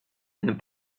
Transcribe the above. and